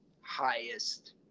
highest